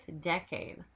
decade